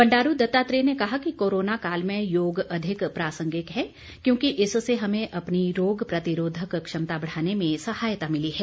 बंडारू दत्तात्रेय ने कहा कि कोरोना काल में योग अधिक प्रासंगिक है क्योंकि इससे हमें अपनी रोग प्रतिरोधक क्षमता बढ़ाने में सहायता मिलती है